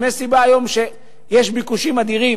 אם יש סיבה היום שיש ביקושים אדירים